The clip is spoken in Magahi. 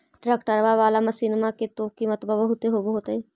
ट्रैक्टरबा बाला मसिन्मा के तो किमत्बा बहुते होब होतै?